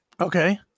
Okay